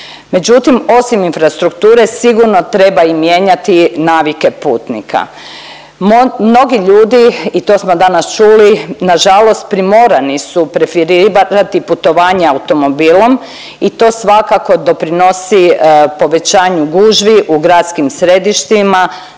Međutim, osim infrastrukture sigurno treba i mijenjati navike putnika. Mnogi ljudi i to smo danas čuli nažalost primorani su preferirati putovanja automobilom i to svakako doprinosi povećanju gužvi u gradskim središtima,